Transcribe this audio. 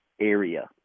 area